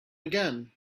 again